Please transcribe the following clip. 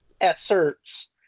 asserts